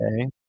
Okay